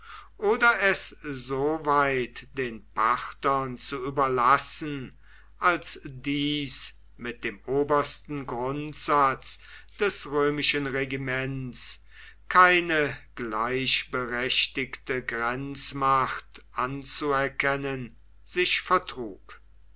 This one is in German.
oder es soweit den parthern zu überlassen als dies mit dem obersten grundsatz des römischen regiments keine gleichberechtigte grenzmacht anzuerkennen sich vertrug